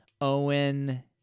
Owen